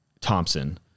Thompson